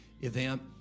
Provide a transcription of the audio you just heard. event